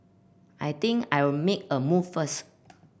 I think I'll make a move first